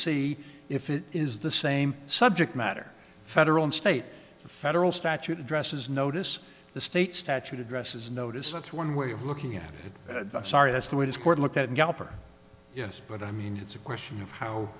see if it is the same subject matter federal and state the federal statute addresses notice the state statute addresses notice that's one way of looking at it sorry that's the way this court looked at galper yes but i mean it's a question of how